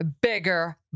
Bigger